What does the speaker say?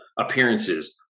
appearances